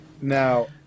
Now